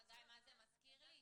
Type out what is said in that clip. חגי, אתה יודע מה זה מזכיר לי?